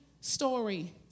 story